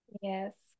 Yes